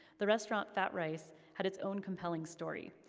the restaurant, fat rice, had its own compelling story.